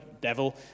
Devil